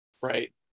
Right